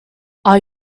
are